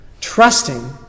Trusting